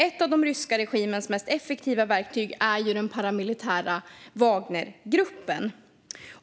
Ett av de ryska regimens mest effektiva verktyg är den paramilitära Wagnergruppen.